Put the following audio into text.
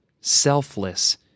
selfless